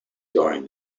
during